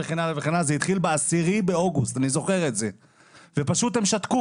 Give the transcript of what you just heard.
התחיל ב-10 באוגוסט ופשוט הם שתקו